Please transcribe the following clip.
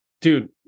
dude